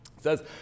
says